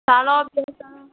ଶାଳ ପିଆଶାଳ